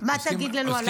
מה תגיד לנו על הר מירון?